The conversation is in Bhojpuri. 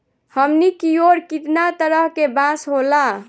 हमनी कियोर कितना तरह के बांस होला